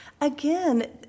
again